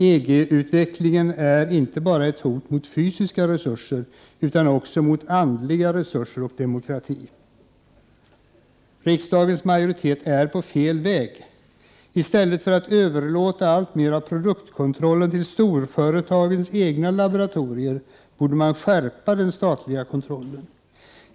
EG utvecklingen är inte bara ett hot mot fysiska resurser utan också mot andliga resurser och demokrati. Riksdagens majoritet är på fel väg. I stället för att överlåta alltmer av produktkontrollen till storföretagens egna laboratorier borde man skärpa den statliga kontrollen.